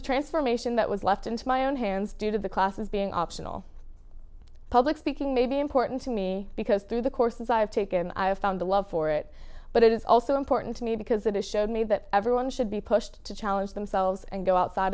a transformation that was left in my own hands due to the classes being optional public speaking may be important to me because through the courses i have taken i have found the love for it but it is also important to me because it has showed me that everyone should be pushed to challenge themselves and go outside